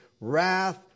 wrath